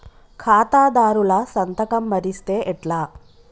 ఖాతాదారుల సంతకం మరిస్తే ఎట్లా?